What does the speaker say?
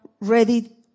ready